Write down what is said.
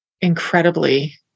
incredibly